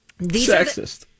Sexist